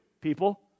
people